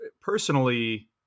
personally